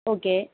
okay